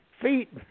feet